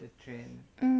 mm